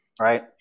Right